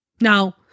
Now